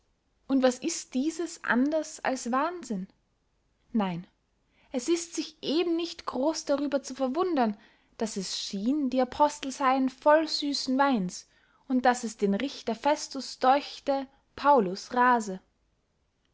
und was ist dieses anders als wahnsinn nein es ist sich eben nicht groß darüber zu verwundern daß es schien die apostel seyen voll süssen weins und daß es den richter festus deuchte paulus rase